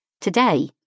Today